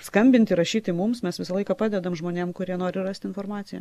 skambinti rašyti mums mes visą laiką padedam žmonėm kurie nori rasti informaciją